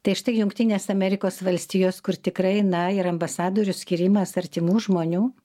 tai štai jungtinės amerikos valstijos kur tikrai na ir ambasadorių skyrimas artimų žmonių